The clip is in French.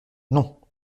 non